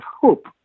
hope